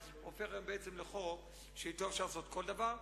הופך היום בעצם לחוק שאתו אפשר לעשות כל דבר.